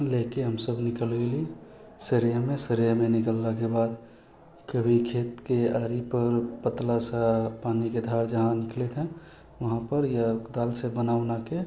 लेके हमसभ निकलल गेली सरे मे सरिहमे निकललाके बाद कभी खेतके आड़िपर पतला सा पानिके धार जहाँ निकलैत हय उहाँपर या तालसँ बना उनाके